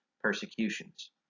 persecutions